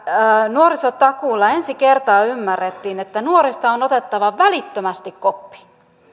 nuorisotakuulla ensi kertaa ymmärrettiin että nuorista on otettava välittömästi koppi